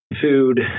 food